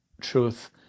truth